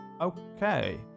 Okay